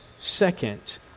Second